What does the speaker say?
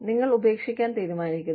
നിങ്ങൾ ഉപേക്ഷിക്കാൻ തീരുമാനിക്കുന്നു